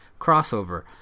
crossover